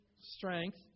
strength